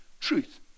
truth